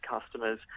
customers